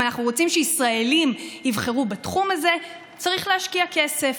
אם אנחנו רוצים שישראלים יבחרו בתחום הזה צריך להשקיע כסף.